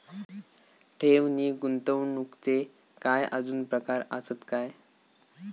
ठेव नी गुंतवणूकचे काय आजुन प्रकार आसत काय?